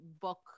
book